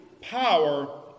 power